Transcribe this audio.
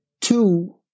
two